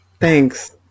Thanks